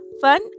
fun